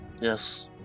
Yes